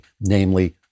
namely